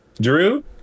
Drew